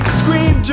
scream